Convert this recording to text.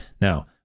Now